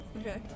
Okay